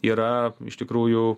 yra iš tikrųjų